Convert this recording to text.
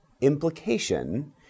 implication